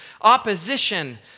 opposition